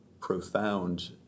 profound